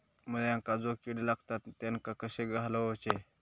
मुळ्यांका जो किडे लागतात तेनका कशे घालवचे?